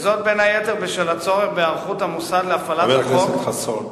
בין היתר בשל הצורך בהיערכות המוסד להפעלת החוק